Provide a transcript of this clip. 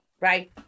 right